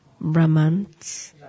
Brahmans